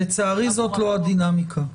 לצערי זאת לא הדינמיקה.